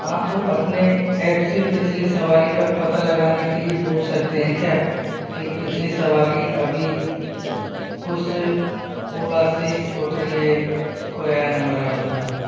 आप अपने ऐप से पिछले सवारी का पता लगाने के लिए बोल सकते हैं क्या कि पिछली सवारी अभी कुछ ओला से उतरी है क्या नंबर है उस का